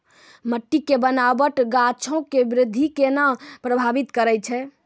मट्टी के बनावट गाछो के वृद्धि के केना प्रभावित करै छै?